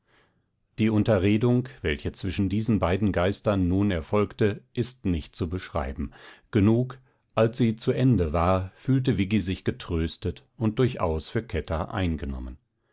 die unterredung welche zwischen diesen beiden geistern nun erfolgte ist nicht zu beschreiben genug als sie zu ende war fühlte viggi sich getröstet und durchaus für kätter eingenommen